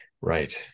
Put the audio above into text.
Right